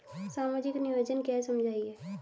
सामाजिक नियोजन क्या है समझाइए?